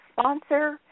sponsor